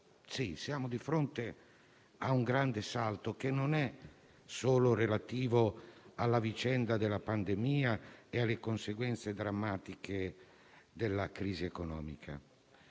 piano Marshall, un grande salto, che non è relativo solo alla vicenda della pandemia e alle conseguenze drammatiche della crisi economica.